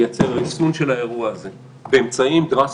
לייצר ריסון של האירוע הזה באמצעים דרסטיים,